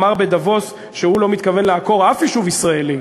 אמר בדבוס שהוא לא מתכוון לעקור אף יישוב ישראלי,